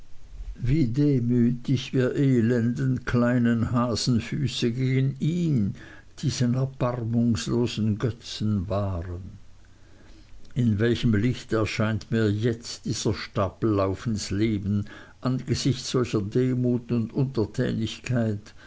wie demütig wir elenden kleinen hasenfüße gegen ihn diesen erbarmungslosen götzen waren in welchem licht erscheint mir jetzt dieser stapellauf ins leben angesichts solcher demut und